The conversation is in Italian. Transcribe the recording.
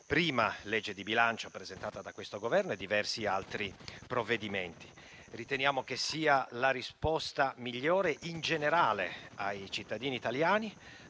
prima legge di bilancio presentata da questo Governo e di diversi altri provvedimenti. Riteniamo che sia la risposta migliore nei confronti dei cittadini italiani